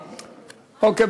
אוקיי,